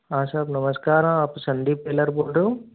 हाँ साहब नमस्कार आप संदीप टेलर बोल रहे हो